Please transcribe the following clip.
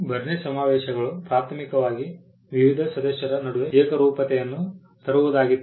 Berne ಸಮಾವೇಶಗಳು ಪ್ರಾಥಮಿಕವಾಗಿ ವಿವಿಧ ಸದಸ್ಯರ ನಡುವೆ ಏಕರೂಪತೆಯನ್ನು ತರುವುದಾಗಿತ್ತು